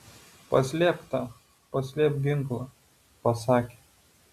paslėpk tą paslėpk ginklą pasakė